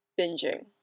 binging